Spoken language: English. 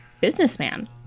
Businessman